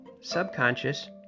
subconscious